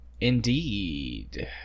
Indeed